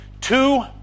Two